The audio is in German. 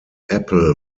apple